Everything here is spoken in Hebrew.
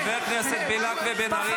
חברי הכנסת בליאק ומירב בן ארי,